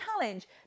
challenge